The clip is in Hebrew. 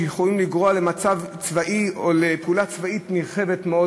שיכולות לגרום למצב צבאי או לפעולה צבאית נרחבת מאוד,